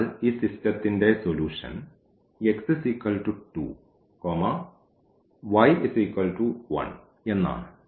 അതിനാൽ ഈ സിസ്റ്റത്തിന്റെ സൊല്യൂഷൻ x 2 y 1 എന്നാണ്